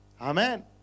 Amen